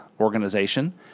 organization